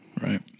Right